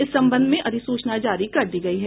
इस संबंध में अधिसूचना जारी कर दी गयी है